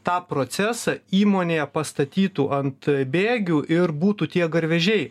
tą procesą įmonėje pastatytų ant bėgių ir būtų tie garvežiai